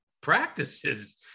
practices